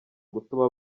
gutuma